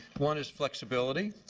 one is flexibility.